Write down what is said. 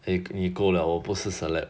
eh 你够 liao 我不是 celeb